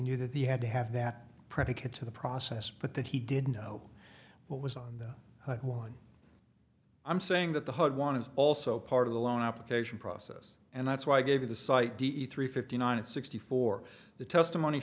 knew that he had to have that predicate to the process but that he didn't know what was on that one i'm saying that the one is also part of the loan application process and that's why i gave you the cite d e three fifty nine and sixty four the testimony